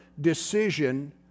decision